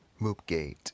Moopgate